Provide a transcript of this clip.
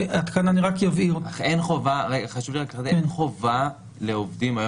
אין חובה לעובדים,